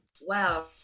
wow